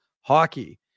Hockey